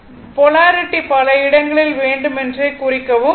polarity பல இடங்களில் வேண்டுமென்றே குறிக்கவும்